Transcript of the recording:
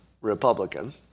Republican